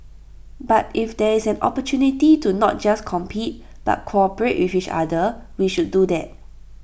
but if there is an opportunity to not just compete but cooperate with each other we should do that